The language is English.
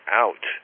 out